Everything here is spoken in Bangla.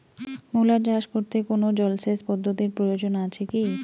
মূলা চাষ করতে কোনো জলসেচ পদ্ধতির প্রয়োজন আছে কী?